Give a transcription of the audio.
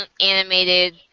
animated